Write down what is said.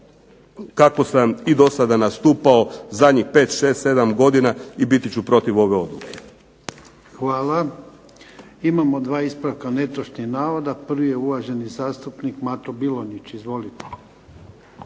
kako sam i do sada nastupao zadnjih pet, šest, sedam godina i biti ću protiv ove odluke. **Jarnjak, Ivan (HDZ)** Hvala. Imamo dva ispravka netočnih navoda. Prvi je uvaženi zastupnik Mato Bilonjić. Izvolite.